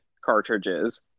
cartridges